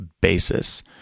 basis